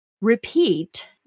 repeat